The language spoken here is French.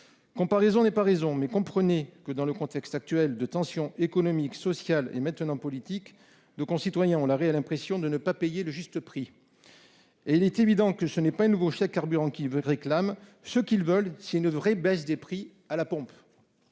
Comparaison n'est pas raison certes, mais comprenez que dans le contexte actuel de tensions économiques, sociales et maintenant politiques, nos concitoyens ont l'impression de ne pas payer le juste prix. Nos concitoyens, c'est évident, ne réclament pas un nouveau chèque carburant ; ce qu'ils veulent, c'est une véritable baisse des prix à la pompe.